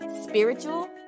spiritual